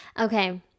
okay